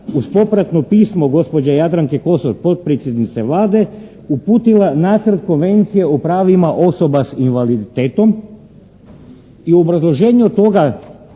uz popratno pismo gospođe Jadranke Kosor, potpredsjednice Vlade, uputila Nacrt konvencije o pravima osoba s invaliditetom i u obrazloženju toga